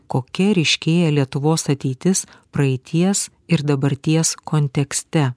kokia ryškėja lietuvos ateitis praeities ir dabarties kontekste